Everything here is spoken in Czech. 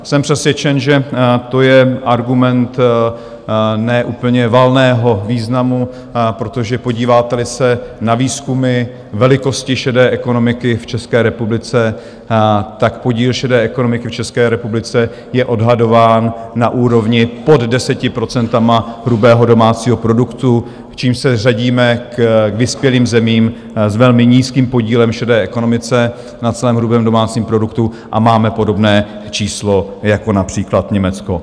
Jsem přesvědčen, že to je argument ne úplně valného významu, protože podíváteli se na výzkumy velikosti šedé ekonomiky v České republice, tak podíl šedé ekonomiky v České republice je odhadován na úrovni pod 10 % hrubého domácího produktu, čímž se řadíme k vyspělým zemím s velmi nízkým podílem v šedé ekonomice na svém hrubém domácím produktu a máme podobné číslo jako například Německo.